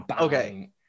okay